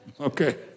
Okay